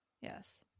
yes